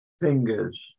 fingers